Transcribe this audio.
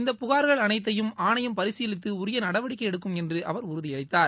இந்த புகார்கள் அனைத்தையும் ஆணையம் பரிசீலித்து உரிய நடவடிக்கை எடுக்கும் என்று அவர் உறுதியளித்தார்